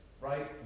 right